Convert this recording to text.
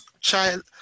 child